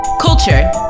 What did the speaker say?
Culture